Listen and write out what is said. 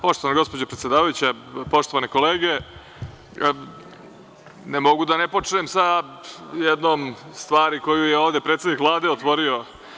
Poštovana gospođo predsedavajuća, poštovane kolege, ne mogu da ne počnem sa jednom stvari koju je ovde predsednik Vlade otvorio.